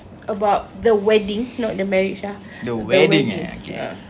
about the wedding not the marriage ah the wedding ah